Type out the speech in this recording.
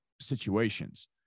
situations